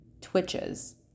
twitches